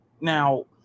Now